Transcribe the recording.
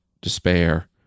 despair